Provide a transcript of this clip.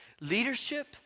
leadership